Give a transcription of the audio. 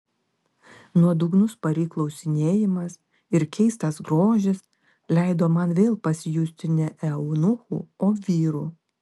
nuodugnus pari klausinėjimas ir keistas grožis leido man vėl pasijusti ne eunuchu o vyru